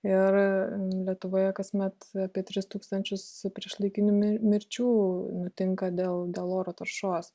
ir lietuvoje kasmet apie tris tūkstančius priešlaikinių mi mirčių nutinka dėl dėl oro taršos